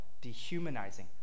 dehumanizing